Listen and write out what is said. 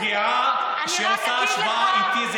זה פגיעה שאת עושה השוואה איתי.